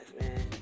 man